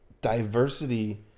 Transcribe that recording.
diversity